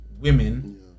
women